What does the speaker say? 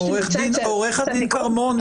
עורכת הדין כרמון,